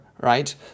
right